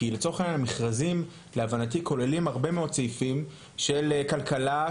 כי המכרזים להבנתי כוללים הרבה מאוד סעיפים של כלכלה,